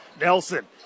Nelson